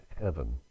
heaven